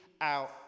out